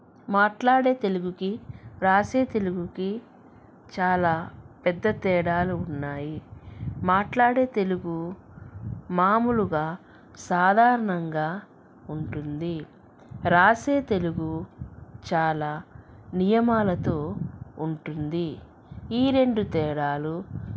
మాట్లాడే తెలుగుకి రాసే తెలుగుకి చాలా పెద్ద తేడాలు ఉన్నాయి మాట్లాడే తెలుగు మాములుగా సాధారణంగా ఉంటుంది రాసే తెలుగు చాలా నియమాలతో ఉంటుంది ఈ రెండు తేడాలు